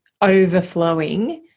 overflowing